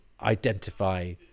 identify